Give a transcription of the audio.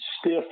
stiff